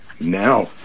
now